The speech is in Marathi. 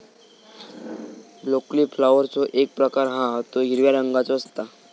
ब्रोकली फ्लॉवरचो एक प्रकार हा तो हिरव्या रंगाचो असता